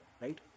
right